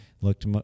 looked